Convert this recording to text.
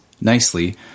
nicely